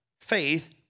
faith